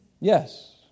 Yes